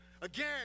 Again